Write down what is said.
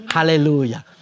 Hallelujah